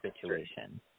situation